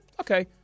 okay